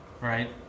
right